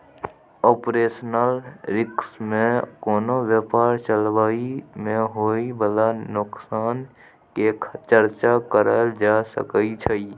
operational risk में कोनो व्यापार चलाबइ में होइ बाला नोकसान के चर्चा करल जा सकइ छइ